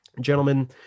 gentlemen